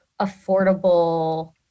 affordable